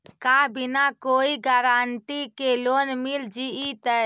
का बिना कोई गारंटी के लोन मिल जीईतै?